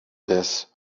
this